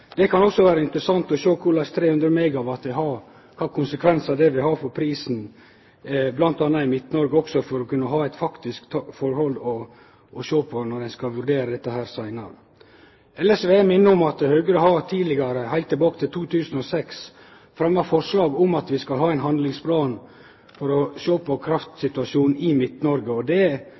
Det kan også vere interessant å sjå kva konsekvensar 300 MW vil ha for prisen bl.a. i Midt-Noreg, også for å kunne ha eit faktisk forhold å sjå på når ein skal vurdere dette seinare. Elles vil eg minne om at Høgre tidlegare, heilt tilbake til 2006, har fremma forslag om at vi skal ha ein handlingsplan for å sjå på kraftsituasjonen i Midt-Noreg. Det forslaget kjem på grunn av at dette er